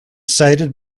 cited